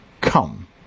come